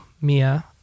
Mia